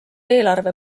eelarve